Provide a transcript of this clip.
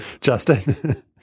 Justin